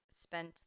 spent